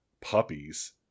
puppies